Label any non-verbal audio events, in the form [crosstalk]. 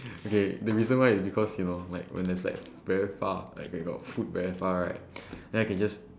okay the reason why is because you know like when there's like very far like got food very far right [breath] then I can just